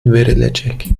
verilecek